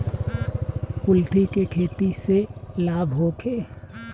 कुलथी के खेती से लाभ होखे?